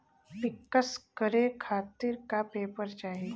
पिक्कस करे खातिर का का पेपर चाही?